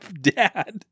dad